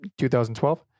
2012